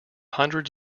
hundreds